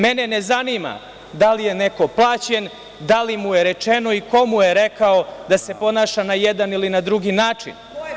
Mene ne zanima da li je neko plaćen, da li mu je rečeno i ko mu je rekao da se ponaša na jedan ili na drugi način?